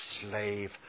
slave